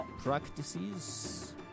practices